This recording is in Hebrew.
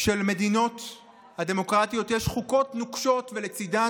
של המדינות הדמוקרטיות יש חוקות נוקשות ולצידן